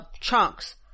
chunks